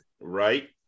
Right